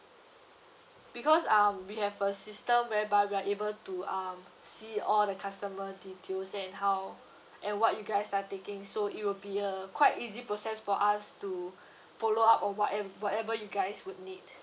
because uh we have a system whereby we are able to um see all the customer details and how and what you guys are taking so it will be a quite easy process for us to follow up or whatev~ whatever you guys would need